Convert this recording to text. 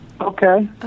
Okay